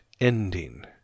ending